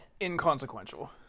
inconsequential